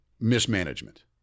mismanagement